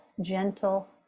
gentle